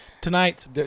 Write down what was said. tonight